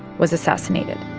was assassinated.